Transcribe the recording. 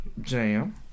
jam